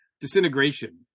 disintegration